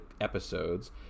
episodes